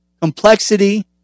complexity